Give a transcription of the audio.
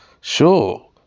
Sure